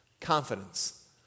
confidence